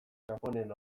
txanponen